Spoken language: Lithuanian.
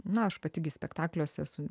na aš pati gi spektakliuos esu